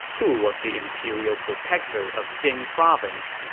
who was the imperial protector of jing province.